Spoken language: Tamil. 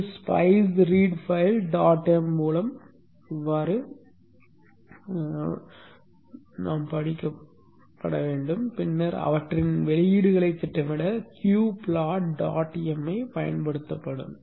இது spice read file dot m மூலம் படிக்கப்படும் பின்னர் அவற்றின் வெளியீடுகளைத் திட்டமிட q plot dot m பயன்படுத்தப்படும்